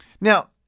Now